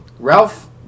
Ralph